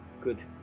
Good